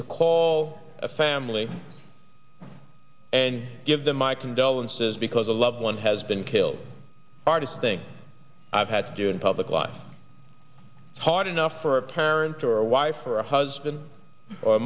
to call a family and give them my condolences because a loved one has been killed hardest thing i've had to do in public life enough for a parent or a wife or a husband or a